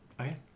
Okay